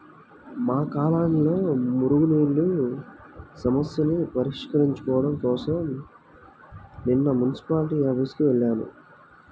మా కాలనీలో మురుగునీళ్ళ సమస్యని పరిష్కరించుకోడం కోసరం నిన్న మున్సిపాల్టీ ఆఫీసుకి వెళ్లాను